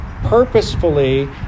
purposefully